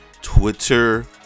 twitter